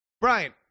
Brian